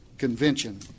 Convention